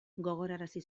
gogorarazi